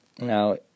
Now